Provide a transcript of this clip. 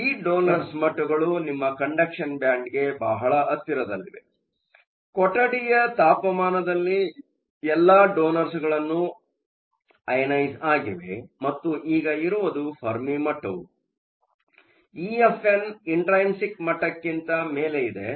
ಆದ್ದರಿಂದ ಈ ಡೋನರ್ಸ್ ಮಟ್ಟಗಳು ನಿಮ್ಮ ಕಂಡಕ್ಷನ್ ಬ್ಯಾಂಡ್ಗೆ ಬಹಳ ಹತ್ತಿರದಲ್ಲಿವೆ ಕೊಠಡಿಯ ತಾಪಮಾನದಲ್ಲಿ ಎಲ್ಲಾ ಡೊನರ್ಸಗಳನ್ನು ಅಐನೈಸ಼್ ಆಗಿವೆ ಮತ್ತು ಈಗ ಇರುವುದು ಫೆರ್ಮಿ ಮಟ್ಟವು ಇಎಫ್ಎನ್ ಇಂಟ್ರೈನ್ಸಿಕ್ ಮಟ್ಟಕ್ಕಿಂತ ಮೇಲೆ ಇದೆ